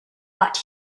that